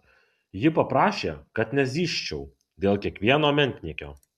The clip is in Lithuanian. ji paprašė kad nezyzčiau dėl kiekvieno menkniekio